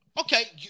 Okay